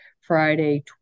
Friday